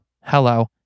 Hello